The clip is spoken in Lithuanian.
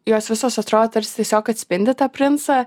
jos visos atro tarsi tiesiog atspindi tą princą